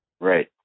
Right